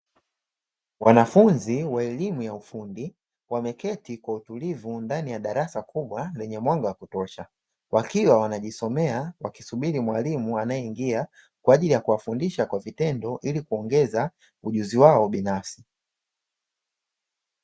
Wanafunzi wa elimu ya ufundi, wameketi kwa utulivu ndani ya darasa kubwa lenye mwanga wa kutosha, wakiwa wanajisomea wakisubiri mwalimu anayengia, kwa ajili ya kuwafundisha kwa vitendo, ili kuongeza ujuzi wao binafsi.